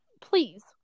Please